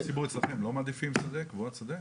הציבור אצלכם לא מעדיפים קבורת שדה?